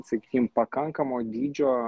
sakykim pakankamo dydžio